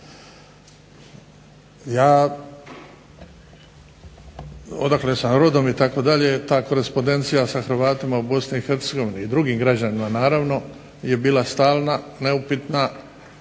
ja odakle sam rodom itd. ta korespondencija sa Hrvatima u Bosni i Hercegovini i drugim građanima naravno je bila stalna, neupitna